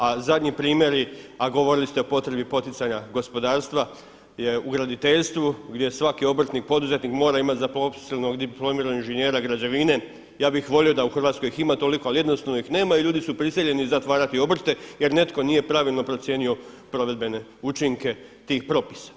A zadnji primjeri, a govorili ste o potrebi poticanja gospodarstva je u graditeljstvu gdje svaki obrtnik, poduzetnik mora imati zaposlenog dip.ing. građevine, ja bih volio da ih u Hrvatskoj ima toliko, ali jednostavno ih nema i ljudi su prisiljeni zatvarati obrte jer netko nije pravilno procijenio provedbene učinke tih propisa.